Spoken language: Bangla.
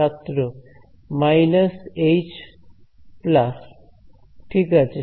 ছাত্র মাইনাস এইচ প্লাস ঠিক আছে